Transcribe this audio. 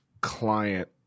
client